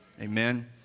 Amen